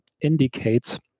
indicates